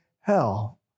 hell